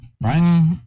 right